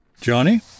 Johnny